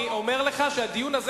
אני אומר לך שהדיון הזה,